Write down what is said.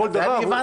את זה הבנתי,